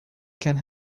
can